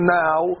now